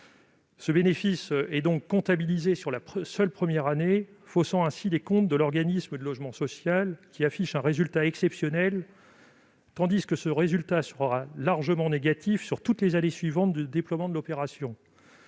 le bénéfice est comptabilisé sur la seule première année, faussant ainsi les comptes de l'organisme de logement social (OLS), qui affiche un résultat exceptionnel, tandis que son résultat sera largement négatif sur toutes les années suivantes du déploiement de l'opération.